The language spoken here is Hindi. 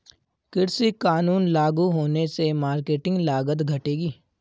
कृषि कानून लागू होने से मार्केटिंग लागत घटेगी